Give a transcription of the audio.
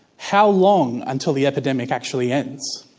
how long until the epidemic actually ends?